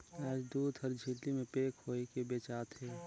आयज दूद हर झिल्ली में पेक होयके बेचा थे